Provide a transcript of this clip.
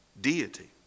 deity